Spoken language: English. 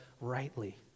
rightly